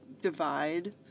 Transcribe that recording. divide